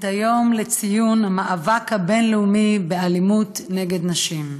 את היום לציון המאבק הבין-לאומי באלימות נגד נשים.